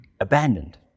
abandoned